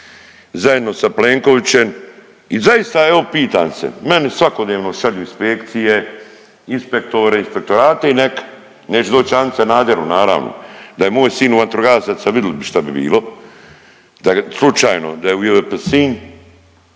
zajedno sa Plenkovićem. I zaista evo pitam se, meni svakodnevno šalju inspekcije, inspektorate, inspektorate i neka, neće doći … Sanaderu naravno, da je moj sin u vatrogasaca vidli bi šta bi bilo, da je slučaj da je … sin